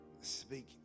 speak